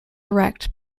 erect